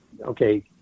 okay